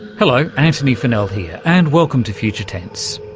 hello, antony funnell here and welcome to future tense.